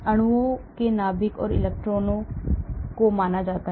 अणुओं के नाभिक और इलेक्ट्रॉनों को माना जाता है